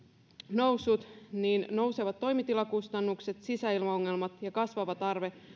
noussut on nousevat toimitilakustannukset sisäilmaongelmat ja kasvava tarve